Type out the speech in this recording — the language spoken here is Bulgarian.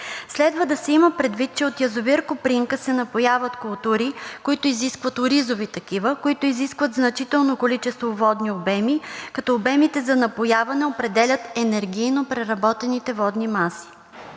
Следва да се има предвид, че от язовир „Копринка“ се напояват оризови култури, които изискват значително количество водни обеми, като обемите за напояване определят енергийно преработените водни маси.